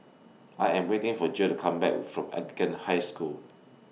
I Am waiting For Jill Come Back from Anglican High School